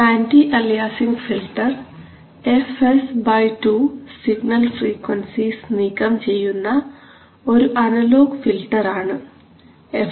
anti aliasing filter fs2 signal frequencies നീക്കം ചെയ്യുന്ന ഒരു അനലോഗ് ഫിൽറ്റർ ആണ്